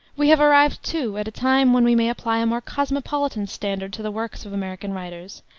we have arrived, too, at a time when we may apply a more cosmopolitan standard to the works of american writers,